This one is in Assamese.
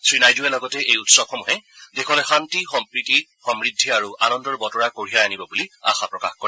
শ্ৰীনাইডুয়ে লগতে এই উৎসৱসমূহে দেশলৈ শান্তি সম্প্ৰীতি সমূদ্ধি আৰু আনন্দৰ বতৰা কঢ়িয়াই আনিব বুলি আশা প্ৰকাশ কৰে